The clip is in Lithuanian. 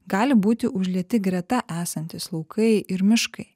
gali būti užlieti greta esantys laukai ir miškai